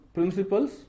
principles